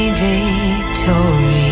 victory